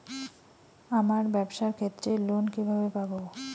আমার ব্যবসার ক্ষেত্রে লোন কিভাবে পাব?